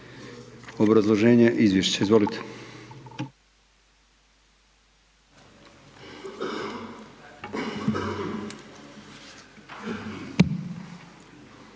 obrazloženje izvješća. Izvolite.